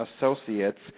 Associates